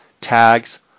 tags